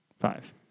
Five